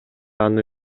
аны